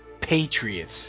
Patriots